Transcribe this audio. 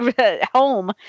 home